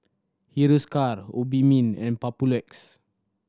Hiruscar Obimin and Papulex